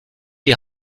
die